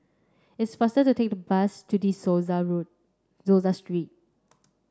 it's faster to take the bus to De Souza Road Souza Street